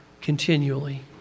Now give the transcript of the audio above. continually